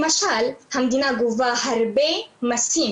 למשל המדינה גובה הרבה מסים,